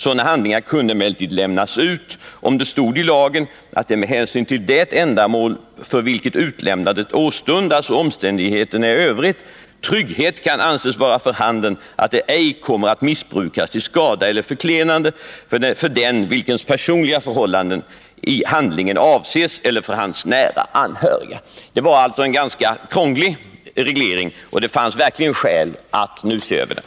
Sådana handlingar kunde emellertid enligt lagen lämnas ut om, med hänsyn till det ändamål för vilket utlämnandet åstundas och omständigheterna i övrigt, trygghet kan anses vara för handen och det ej kommer att missbrukas till skada för eller förklenande av den, vilkens personliga förhållanden i handlingen avses, eller för hans nära anhöriga. : Det var alltså en ganska krånglig reglering, och det fanns verkligen skäl att nu se över den.